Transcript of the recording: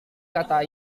kata